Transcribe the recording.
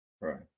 Right